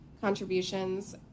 contributions